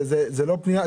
זה לא פנייה,